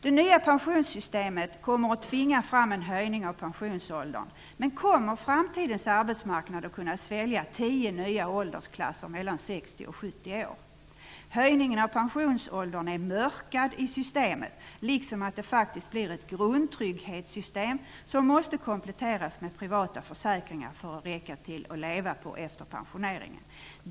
Det nya pensionssystemet kommer att tvinga fram en höjning av pensionsåldern, men kommer framtidens arbetsmarknad att kunna svälja tio nya åldersklasser mellan 60 och 70 år? Höjningen av pensionsåldern är "mörkad" i systemet, liksom att det faktiskt blir ett grundtrygghetssystem som måste kompletteras med privata försäkringar för att det skall räcka till att leva på efter pensioneringen.